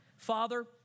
Father